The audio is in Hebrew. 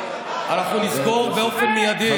אנחנו נסגור באופן מיידי,